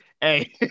hey